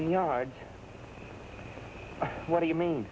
yard what do you mean